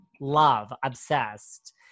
love-obsessed